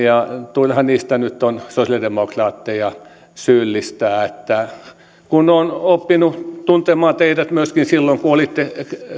turha niistä nyt on sosiaalidemokraatteja syyllistää kun on oppinut tuntemaan teidät myöskin silloin kun olitte